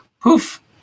poof